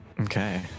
Okay